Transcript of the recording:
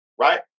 right